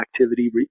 activity